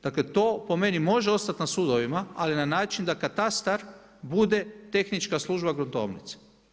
Dakle, to po meni može ostati na sudovima, ali na način da katastar bude tehnička služba gruntovnice.